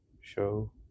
show